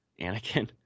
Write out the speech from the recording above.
Anakin